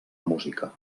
música